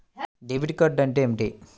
Debit card అంటే ఏమిటి?